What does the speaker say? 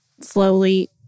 slowly